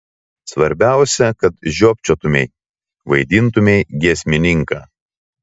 svarbiausia kad žiopčiotumei vaidintumei giesmininką